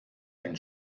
ein